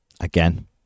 again